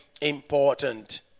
important